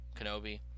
Kenobi